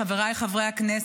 אם כן, חברי הכנסת,